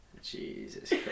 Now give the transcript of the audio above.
Jesus